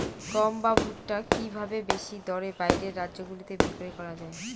গম বা ভুট্ট কি ভাবে বেশি দরে বাইরের রাজ্যগুলিতে বিক্রয় করা য়ায়?